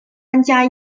参加